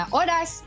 oras